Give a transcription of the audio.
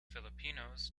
filipinos